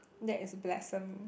that is blasphemy